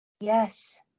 Yes